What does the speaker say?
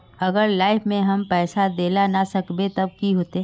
अगर लाइफ में हैम पैसा दे ला ना सकबे तब की होते?